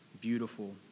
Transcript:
beautiful